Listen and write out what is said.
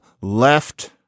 left